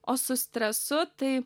o su stresu tai